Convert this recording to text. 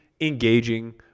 engaging